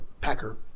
Packer